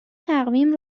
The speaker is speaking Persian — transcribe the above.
تقویم